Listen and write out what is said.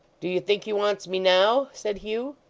do you think he wants me now said hugh.